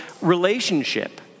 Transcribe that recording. relationship